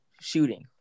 shooting